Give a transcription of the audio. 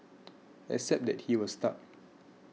except that he was stuck